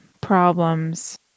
problems